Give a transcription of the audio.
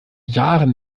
jahren